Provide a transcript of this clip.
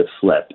flip